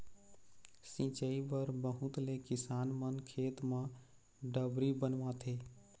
सिंचई बर बहुत ले किसान मन खेत म डबरी बनवाथे